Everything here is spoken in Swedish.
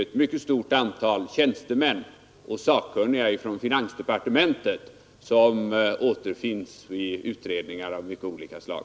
Ett mycket stort antal tjänstemän och sakkunniga från finansdepartementet återfinns ju t.ex. i utredningar av mycket olika slag.